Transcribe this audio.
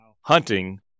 hunting